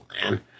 man